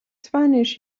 spanish